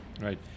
Right